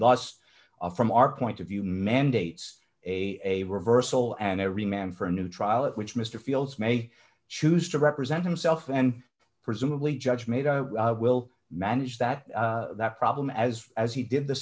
thus from our point of view mandates a reversal an every man for a new trial in which mr fields may choose to represent himself and presumably judge made i will manage that that problem as as he did the